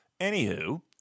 Anywho